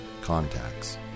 contacts